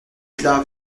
faites